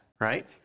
Right